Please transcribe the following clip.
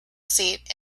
seat